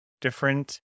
different